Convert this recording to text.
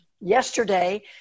yesterday